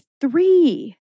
three